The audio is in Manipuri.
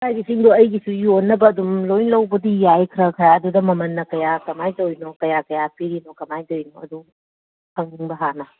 ꯍꯥꯏꯔꯤꯁꯤꯡꯗꯣ ꯑꯩꯒꯤꯁꯨ ꯌꯣꯟꯅꯕ ꯑꯗꯨꯝ ꯂꯣꯏ ꯂꯧꯕꯗꯤ ꯌꯥꯏ ꯈꯔ ꯈꯔ ꯑꯗꯨꯗ ꯃꯃꯜꯅ ꯀꯌꯥ ꯀꯃꯥꯏꯅ ꯇꯧꯔꯤꯅꯣ ꯀꯌꯥ ꯀꯌꯥ ꯄꯤꯔꯤꯅꯣ ꯀꯃꯥꯏꯅ ꯇꯧꯔꯤꯅꯣ ꯑꯗꯨ ꯈꯪꯅꯤꯡꯕ ꯍꯥꯟꯅ